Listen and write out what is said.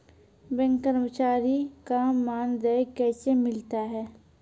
Bank कर्मचारी का मानदेय कैसे मिलता हैं?